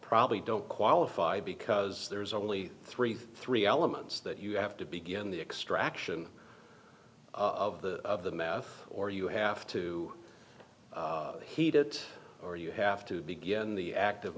probably don't qualify because there's only three three elements that you have to begin the extraction of the of the meth or you have to heat it or you have to begin the active